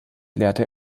lehrte